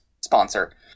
sponsor